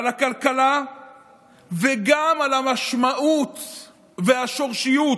על הכלכלה וגם על המשמעות והשורשיות.